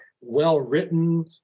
well-written